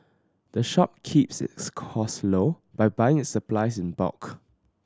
the shop keeps its cost low by buying its supplies in bulk